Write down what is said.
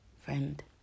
friend